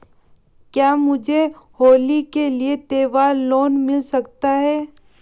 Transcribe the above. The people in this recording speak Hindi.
क्या मुझे होली के लिए त्यौहार लोंन मिल सकता है?